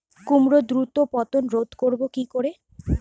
কুমড়োর দ্রুত পতন রোধ করব কি করে?